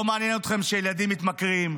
לא מעניין אתכם שילדים מתמכרים,